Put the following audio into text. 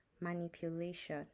manipulation